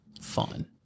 fun